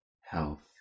health